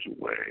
away